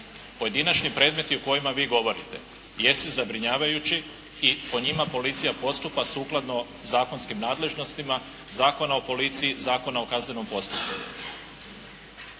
Pojedinačni predmeti o kojima vi govorite jesu zabrinjavajući i po njima policija postupa sukladno zakonskim nadležnostima Zakona o policiji, Zakona o kaznenom postupku.